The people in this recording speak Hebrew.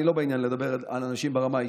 אני לא בעניין של לדבר על אנשים ברמה האישית,